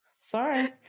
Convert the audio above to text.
Sorry